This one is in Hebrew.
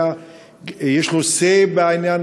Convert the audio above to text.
יש לו say בעניין?